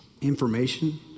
information